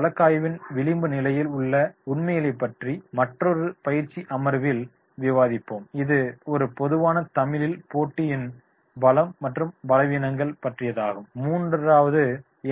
வழக்காய்வின் விளிம்புநிலையில் உள்ள உண்மைகளை பற்றி மற்றொரு பயிற்சி அமர்வில் விவாதிப்போம் இது ஒரு பொதுவான தொழிலில் போட்டியின் பலம் மற்றும் பலவீனங்கள் பற்றியதாகும் மூன்றாவது